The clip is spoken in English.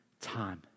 time